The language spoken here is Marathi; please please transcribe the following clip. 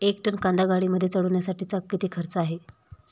एक टन कांदा गाडीमध्ये चढवण्यासाठीचा किती खर्च आहे?